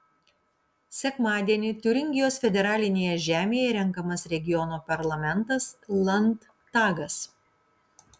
sekmadienį tiuringijos federalinėje žemėje renkamas regiono parlamentas landtagas